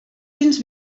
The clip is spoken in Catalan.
cents